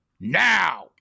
now